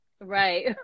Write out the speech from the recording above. Right